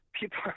people